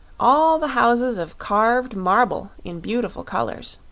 all the houses of carved marble in beautiful colors.